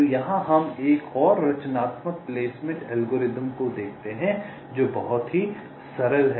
तो यहाँ हम एक और रचनात्मक प्लेसमेंट एल्गोरिथ्म को देखते हैं जो बहुत ही सरल है